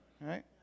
Right